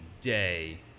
day